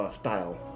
style